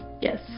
Yes